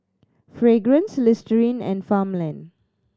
Fragrance Listerine and Farmland